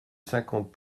cinquante